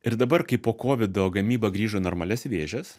ir dabar kai po kovido gamyba grįžo į normalias vėžes